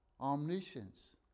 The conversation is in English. omniscience